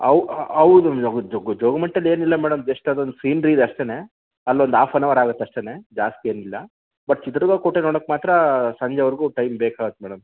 how ಹೌದು madam ಜೋಗಿಮಟ್ಟದ್ ಏನಿಲ್ಲ ಮೇಡಂ ಜಸ್ಟ್ ಅದು ಒಂದು ಸೀನ್ರೀ ಇದೆ ಅಷ್ಟೆನೇ ಅಲ್ಲೊಂದು ಹಾಫ್ ಅನ್ ಅವರ್ ಆಗತ್ತೆ ಅಷ್ಟೆನೇ ಜಾಸ್ತಿ ಏನಿಲ್ಲ ಬಟ್ ಚಿತ್ರದುರ್ಗ ಕೋಟೆ ನೋಡಕ್ಕೆ ಮಾತ್ರ ಸಂಜೆವರೆಗೂ ಟೈಮ್ ಬೇಕಾಗುತ್ತೆ ಮೇಡಂ